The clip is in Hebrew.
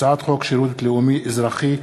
הצעת החוק שירות לאומי אזרחי,